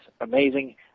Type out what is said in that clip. amazing